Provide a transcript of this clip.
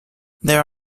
there